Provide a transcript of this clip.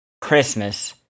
Christmas